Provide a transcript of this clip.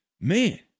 Man